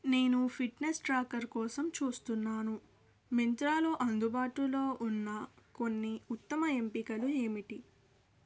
నేను fitness tracker కోసం చూస్తున్నాను మింత్రాలో అందుబాటులో ఉన్న కొన్ని ఉత్తమ ఎంపికలు ఏమిటి